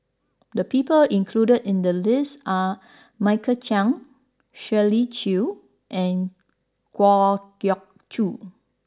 the people included in the list are Michael Chiang Shirley Chew and Kwa Geok Choo